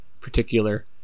particular